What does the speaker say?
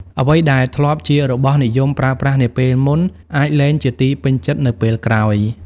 អ្វីដែលធ្លាប់ជារបស់និយមប្រើប្រាស់នាពេលមុន អាចលែងជាទីពេញចិត្តនៅពេលក្រោយ។